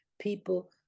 People